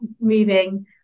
moving